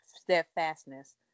steadfastness